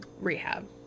rehab